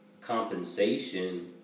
compensation